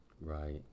right